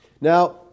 Now